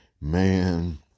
man